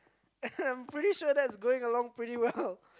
I'm pretty sure that's going along pretty well